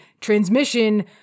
transmission